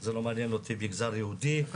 זה לא מעניין אותי מגזר יהודי או לא יהודי.